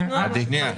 רק תנו לנו לבדוק.